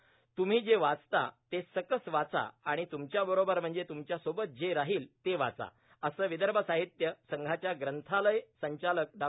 याप्रसंगी तुम्ही जे वाचता ते सकस वाचा आणि तुमच्याबरोबर म्हणजे तुमच्या सोबत जे राहील ते वाचा असं विदर्भ साहित्य संघाच्या ग्रंथालय संचालक डॉ